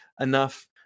enough